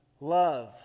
Love